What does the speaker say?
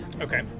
Okay